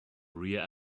rear